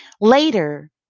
Later